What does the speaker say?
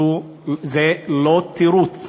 זה לא תירוץ.